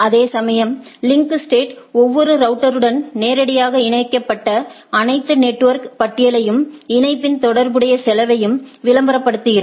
அதேசமயம் link state ஒவ்வொரு ரவுட்டருடன் நேரடியாக இணைக்கப்பட்ட அனைத்து நெட்வொர்க் பட்டியலையும் இணைப்பின் தொடர்புடைய செலவையும் விளம்பரப்படுத்துகிறது